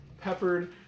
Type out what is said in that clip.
peppered